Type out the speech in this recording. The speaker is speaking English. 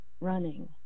running